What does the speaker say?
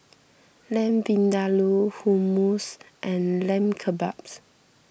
Lamb Vindaloo Hummus and Lamb Kebabs